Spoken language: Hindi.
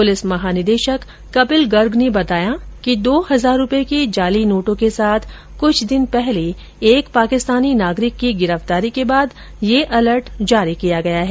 पुलिस महानिदेशक कपिल गर्ग ने बताया कि दो हजार के जाली नोटो के साथ कृछ दिन पहले एक पाकिस्तानी नागरिक की गिरफ्तारी के बाद यह अलर्ट जारी किया है